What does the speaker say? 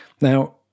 Now